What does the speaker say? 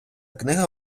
книга